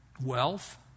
Wealth